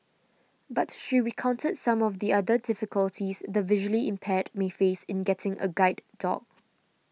but she recounted some of the other difficulties the visually impaired may face in getting a guide dog